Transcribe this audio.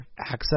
access